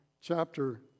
chapter